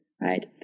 right